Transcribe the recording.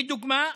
לדוגמה,